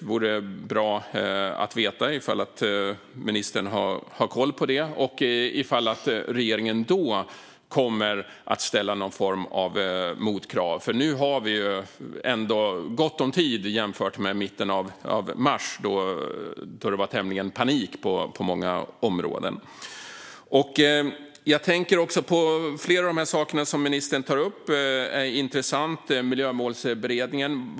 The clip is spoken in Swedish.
Det vore bra att veta om ministern har koll på det och om regeringen då kommer att ställa någon form av motkrav. Det hoppas jag verkligen, för nu har vi gott om tid jämfört med mitten av mars, då det var tämlig panik på många områden. Jag tänker på flera av de saker som ministern tar upp, till exempel Miljömålsberedningen. Det är intressant.